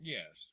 Yes